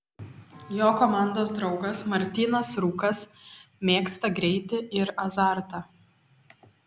jo komandos draugas martynas rūkas mėgsta greitį ir azartą